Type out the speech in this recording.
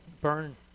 burn